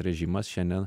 režimas šiandien